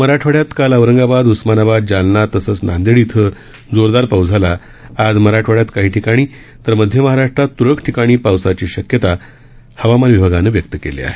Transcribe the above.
मराठवाड्यात काल औरंगाबाद उस्मानाबाद जालना तसंच नांदे इथं जोरदार पाऊस झाला आज मराठवाड्यात काही ठिकाणी तर मध्य महाराष्ट्रात त्रळक ठिकाणी पावसाची शक्यता हवामान विभागानं व्यक्त केली आहे